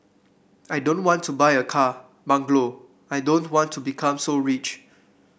I don't want to buy a car bungalow I don't want to become so rich